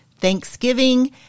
Thanksgiving